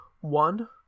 One